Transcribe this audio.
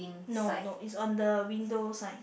no no it's on the window sign